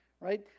right